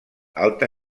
alta